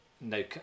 no